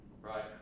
Right